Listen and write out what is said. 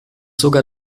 sogar